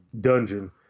dungeon